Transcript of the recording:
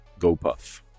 GoPuff